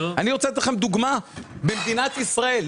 אני רוצה לתת לכם דוגמה ממדינת ישראל,